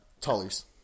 Tully's